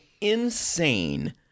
insane